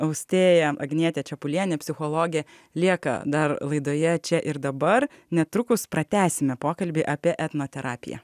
austėja agnietė čepulienė psichologė lieka dar laidoje čia ir dabar netrukus pratęsime pokalbį apie etnoterapiją